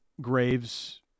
Graves